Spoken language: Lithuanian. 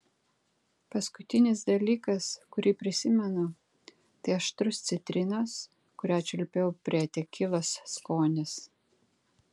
paskutinis dalykas kurį prisimenu tai aštrus citrinos kurią čiulpiau prie tekilos skonis